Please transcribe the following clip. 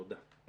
תודה.